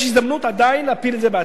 יש הזדמנות עדיין להפיל את זה בעתיד.